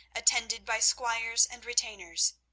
attended by squires and retainers.